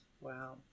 Wow